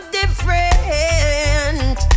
different